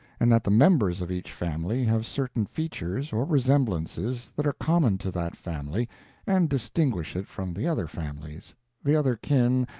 and that the members of each family have certain features or resemblances that are common to that family and distinguish it from the other families the other kin,